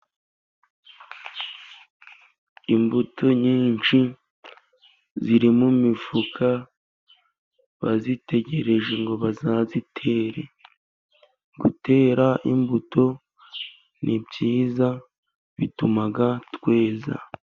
Imbuto nyinshi ziri mu mifuka, bazitegereje ngo bazazitere. Gutera imbuto ni byiza bituma tweza.